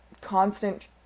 constant